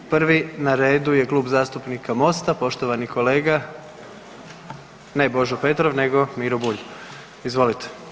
Prvi na redu je Klub zastupnika MOST-a, poštovani kolega, ne Božo Petrov nego Miro Bulj, izvolite.